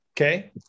Okay